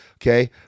Okay